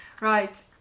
Right